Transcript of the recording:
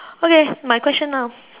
okay my question now